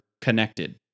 connected